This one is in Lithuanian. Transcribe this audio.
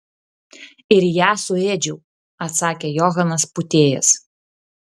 ir ją suėdžiau atsakė johanas pūtėjas